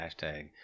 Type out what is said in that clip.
hashtag